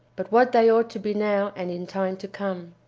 but what they ought to be now and in time to come.